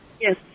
Yes